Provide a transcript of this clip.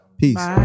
Peace